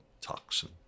toxin